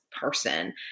person